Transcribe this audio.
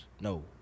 No